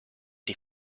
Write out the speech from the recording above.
die